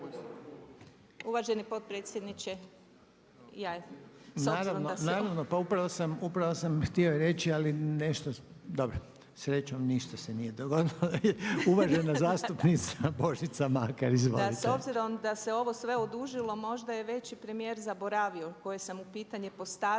će …/Upadica se ne čuje./… Naravno, pa upravo sam htio reći, ali dobro. Srećom ništa se nije dogodilo. Uvažena zastupnica Božica Makar. Izvolite. **Makar, Božica (HNS)** Da s obzirom da se ovo sve odužilo možda je već i premijer zaboravio koje sam mu pitanje postavila,